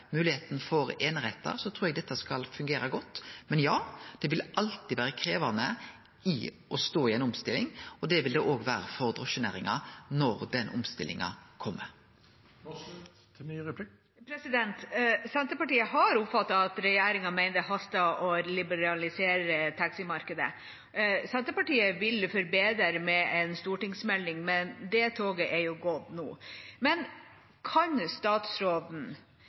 for einerettar, trur eg dette skal fungere godt. Men, ja – det vil alltid vere krevjande å stå i ei omstilling, og det vil det òg vere for drosjenæringa når den omstillinga kjem. Senterpartiet har oppfattet at regjeringa mener det haster å liberalisere taximarkedet. Senterpartiet ville forbedre det med en stortingsmelding, men det toget er jo gått nå. Men kan statsråden,